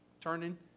turning